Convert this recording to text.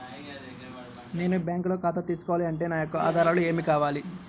నేను బ్యాంకులో ఖాతా తీసుకోవాలి అంటే నా యొక్క ఆధారాలు ఏమి కావాలి?